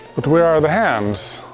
but where are the hands?